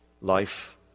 life